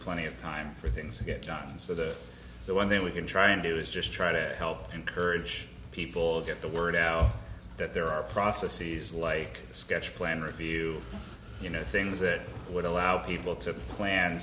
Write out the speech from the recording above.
plenty of time for things to get done so that the one thing we can try and do is just try to help encourage people get the word out that there are processes like a sketch plan review you know things that would allow people to plan